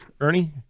Ernie